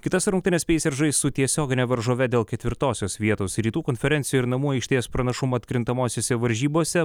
kitas rungtynes žais su tiesiogine varžove dėl ketvirtosios vietos rytų konferencijoj ir namų aikštės pranašumą atkrintamosiose varžybose